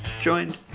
joined